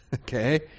Okay